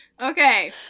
okay